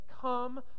come